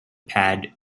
pad